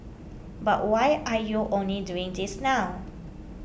but why are you only doing this now